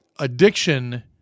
Addiction